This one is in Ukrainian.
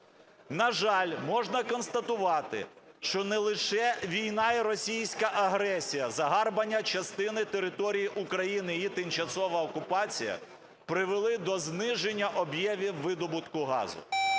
На жаль, можна констатувати, що не лише війна і російська агресія, загарбання частини території України і її тимчасова окупація, привели до зниження об'ємів видобутку газу.